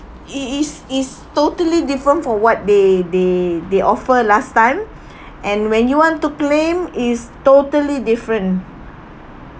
it is it's totally different for what they they they offer last time and when you want to claim it's totally different